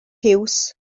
piws